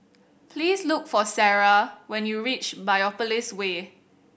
please look for Sara when you reach Biopolis Way